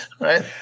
Right